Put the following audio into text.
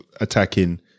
attacking